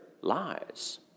lies